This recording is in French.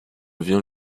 vient